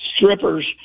strippers